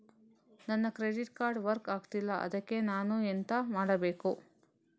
ನನ್ನ credit card work ಆಗ್ತಿಲ್ಲ ಅದ್ಕೆ ನಾನು ಎಂತ ಮಾಡಬೇಕು?